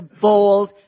bold